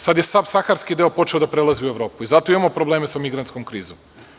Sada je sav Saharski deo počeo da prelazi u Evropu i zato imamo problema sa migrantskom krizom.